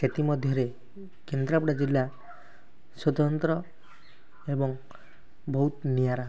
ସେଥିମଧ୍ୟରେ କେନ୍ଦ୍ରାପଡ଼ା ଜିଲ୍ଲା ସ୍ବତନ୍ତ୍ର ଏବଂ ବହୁତ୍ ନିଆରା